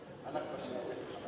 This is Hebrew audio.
אבל משאות העבר הם קשים לשני,